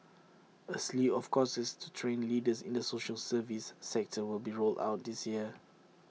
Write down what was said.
A slew of courses to train leaders in the social service sector will be rolled out this year